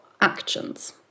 actions